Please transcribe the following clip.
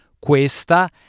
Questa